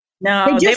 No